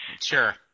Sure